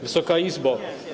Wysoka Izbo!